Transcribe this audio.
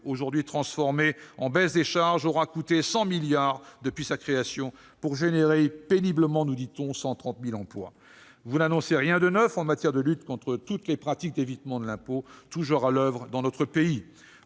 aujourd'hui transformé en baisse des charges patronales, aura coûté 100 milliards d'euros depuis sa création pour créer péniblement 130 000 emplois, nous dit-on. Vous n'annoncez rien de neuf en matière de lutte contre toutes les pratiques d'évitement de l'impôt toujours à l'oeuvre dans notre pays.